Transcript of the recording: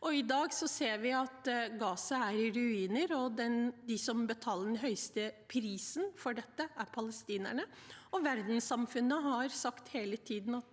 I dag ser vi at Gaza er i ruiner, og de som betaler den høyeste prisen for dette, er palestinerne. Verdenssamfunnet har sagt hele tiden at